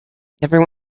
every